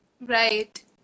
Right